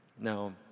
now